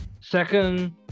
second